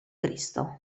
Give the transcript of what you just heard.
cristo